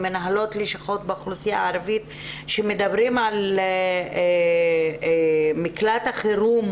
ממנהלות לשכות באוכלוסייה הערבית שמדברים על מקלט החירום